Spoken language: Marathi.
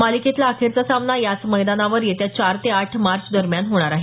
मालिकेतला अखेरचा सामना याच मैदानावर येत्या चार ते आठ मार्च दरम्यान होणार आहे